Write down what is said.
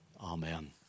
Amen